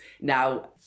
Now